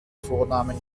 vornamen